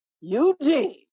Eugene